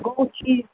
گوٚو ٹھیٖک